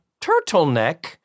turtleneck